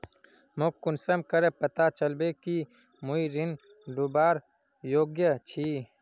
मोक कुंसम करे पता चलबे कि मुई ऋण लुबार योग्य छी?